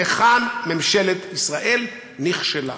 וכאן ממשלת ישראל נכשלה.